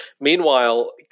Meanwhile